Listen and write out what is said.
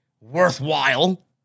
worthwhile